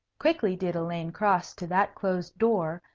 quickly did elaine cross to that closed door,